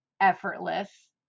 effortless